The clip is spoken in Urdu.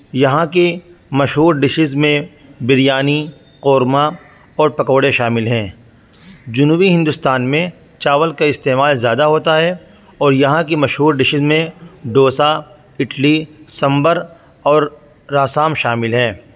یہاں کی مشہور ڈشز میں بریانی قورمہ اور پکوڑے شامل ہیں جنوبی ہندوستان میں چاول کا استعمال زیادہ ہوتا ہے اور یہاں کے مشہور ڈشز میں ڈوسہ اڈلی سامبر اور رسم شامل ہے